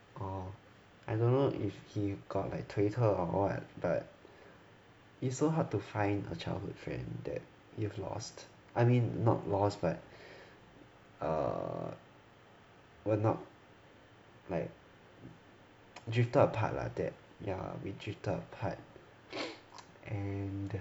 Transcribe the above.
orh I don't know if he got like Twitter or what but but it's so hard to find a childhood friend that you have lost I mean not lost but err we're not like drifted apart lah that yeah we drifted apart and